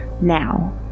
now